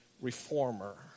reformer